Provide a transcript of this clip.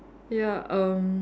ya erm